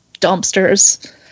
dumpsters